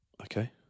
Okay